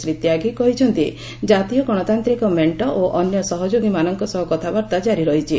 ଶ୍ରୀ ତ୍ୟାଗୀ କହିଛନ୍ତି ଜାତୀୟ ଗଣତାନ୍ତିକ ମେଣ୍ଟ ଓ ଅନ୍ୟ ସହଯୋଗୀମାନଙ୍କ ସହ କଥାବାର୍ତ୍ତା ଜାରି ରହିଛି